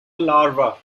larva